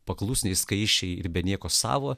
paklusniai skaisčiai ir be nieko savo